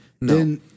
no